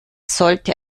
sollte